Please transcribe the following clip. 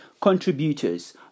contributors